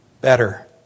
better